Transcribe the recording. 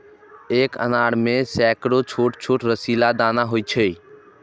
एक अनार मे सैकड़ो छोट छोट रसीला दाना होइ छै